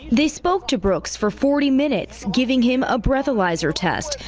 they spoke to brooks for forty minutes giving him a breathalyzer test.